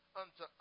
unto